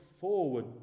forward